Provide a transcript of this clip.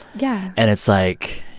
yeah and it's like,